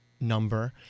number